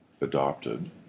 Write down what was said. adopted